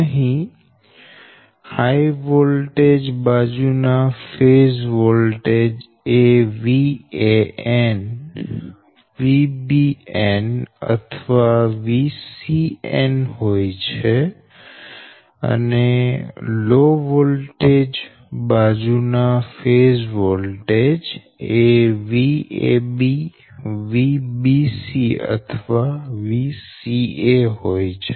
અહી high voltage બાજુ ના ફેઝ વોલ્ટેજ એVAnVBnઅથવાVCnહોય છે અને લો વોલ્ટેજ બાજુ ના ફેઝ વોલ્ટેજ એVABVBCઅથવાVCAહોય છે